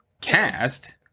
cast